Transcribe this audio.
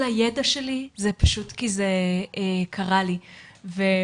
כל הידע שלי זה פשוט כי זה קרה לי וכשראיתי